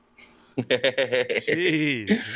Jeez